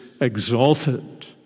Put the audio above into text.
exalted